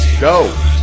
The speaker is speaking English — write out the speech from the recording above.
go